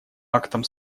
актом